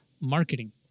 marketing